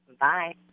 Bye